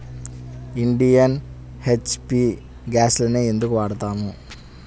Indian, HP గ్యాస్లనే ఎందుకు వాడతాము?